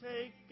take